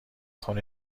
خونه